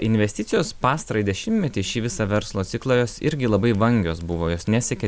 investicijos pastarąjį dešimtmetį šį visą verslo ciklą jos irgi labai vangios buvo jos nesiekė